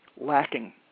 lacking